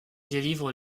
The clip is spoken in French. délivre